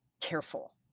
careful